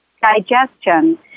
digestion